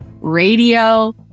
radio